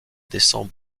descend